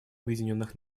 объединенных